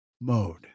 mode